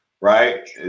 right